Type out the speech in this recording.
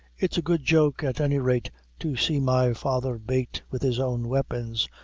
it's a good joke at any rate to see my father bate with his own weapons.